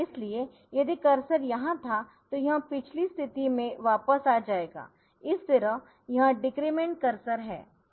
इसलिए यदि कर्सर यहां था तो यह पिछली स्थिति में वापस आ जाएगा इस तरह यह डिक्रीमेंट कर्सर है